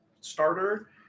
starter